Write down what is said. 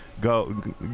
go